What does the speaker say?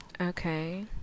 Okay